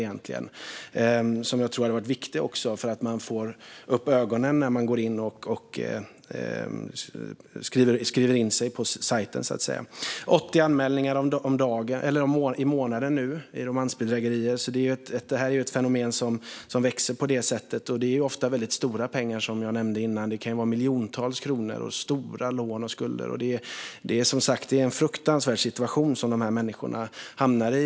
Jag tror att den skulle vara viktig för att man ska få upp ögonen när man går in och skriver in sig på sajten. Det görs nu 80 anmälningar i månaden om romansbedrägerier, så det här är ett fenomen som växer. Det är ofta stora pengar, som jag nämnde tidigare. Det kan vara miljontals kronor och stora lån och skulder. Det är som sagt en fruktansvärd situation som de här människorna hamnar i.